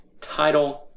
title